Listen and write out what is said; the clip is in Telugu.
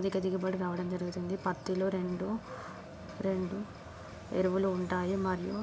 అధిక దిగుబడి రావడం జరుగుతుంది పత్తిలో రెండు రెండు ఎరువులు ఉంటాయి మరియు